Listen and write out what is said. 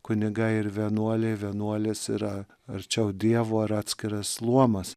kunigai ir vienuoliai vienuolės yra arčiau dievo ar atskiras luomas